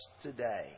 today